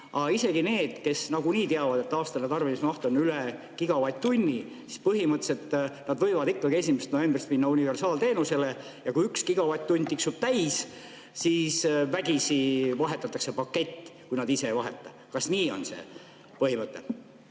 Aga isegi need, kes nagunii teavad, et aastane tarbimismaht on üle gigavatt-tunni, põhimõtteliselt võivad ikkagi 1. novembrist minna universaalteenusele, ja kui 1 gigavatt-tundi tiksub täis, siis vägisi vahetatakse pakett, kui nad ise ei vaheta. Kas nii on see põhimõte?